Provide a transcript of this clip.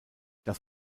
das